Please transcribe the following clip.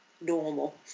normal